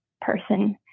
person